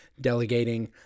delegating